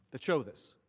that show this.